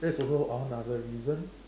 that is also another reason